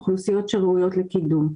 אוכלוסיות שראויות לקידום.